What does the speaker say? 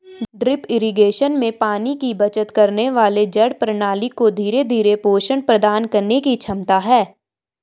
drip irrigation में पानी की बचत करने और जड़ प्रणाली को धीरे धीरे पोषण प्रदान करने की क्षमता है